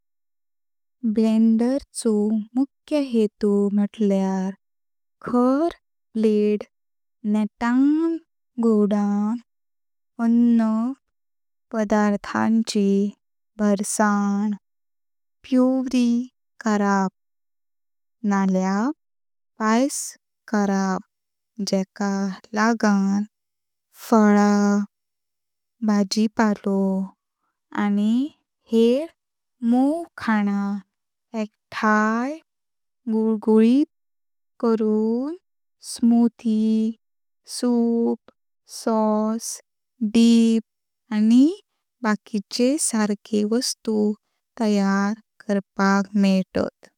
ब्लेंडर चो मुख्य हेतू म्हुटल्यार खार ब्लेडे नेतां घूवडांव आन्न पदार्थांची भर्सण, पुरीं करप नळया पायाेस करप जेका लागण फल, भाजिपालो आनी हेर मोंवं खाना एकठाय गुळगुळीत करून स्मूथी, सूप, सॉस, डिप आनी बाकीचे सरके वस्तू तयार करपाक मिळतात।